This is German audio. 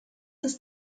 ist